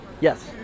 Yes